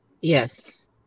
yes